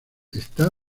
está